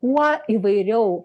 kuo įvairiau